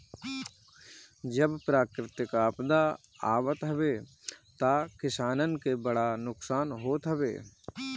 जब प्राकृतिक आपदा आवत हवे तअ किसानन के बड़ा नुकसान होत हवे